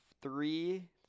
three